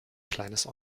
kleines